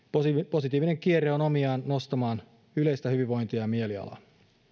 positiivinen kierre on omiaan nostamaan yleistä hyvinvointia ja mielialaa